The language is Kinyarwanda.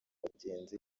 bagenzi